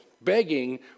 begging